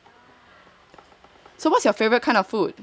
so what's your favorite kind of food